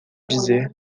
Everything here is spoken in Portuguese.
dizer